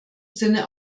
sinne